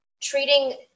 treating